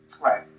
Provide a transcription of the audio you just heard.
Right